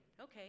Okay